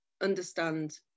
understand